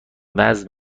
وزن